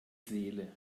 seele